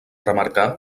remarcar